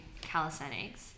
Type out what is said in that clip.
calisthenics